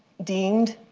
deemed